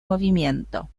movimiento